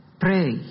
pray